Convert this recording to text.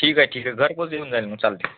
ठीक आहे ठीक आहे घरपोच देऊन जाईल मग चालतंय